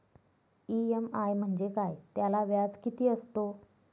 EMI म्हणजे काय? त्याला व्याज किती असतो?